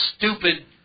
stupid